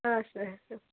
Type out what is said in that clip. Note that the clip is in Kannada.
ಹಾಂ ಸರ್